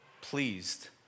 pleased